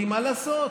כי מה לעשות,